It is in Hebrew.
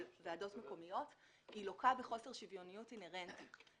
ועדות מקומיות לוקה בחוסר שוויוניות אינהרנטי.